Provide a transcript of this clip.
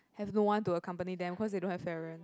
have no one to accompany them cause they don't have parents